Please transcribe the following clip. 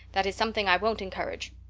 that is something i won't encourage.